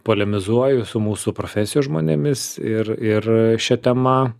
polemizuoju su mūsų profesijos žmonėmis ir ir šia tema